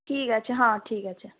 ঠিক আছে হ্যাঁ ঠিক আছে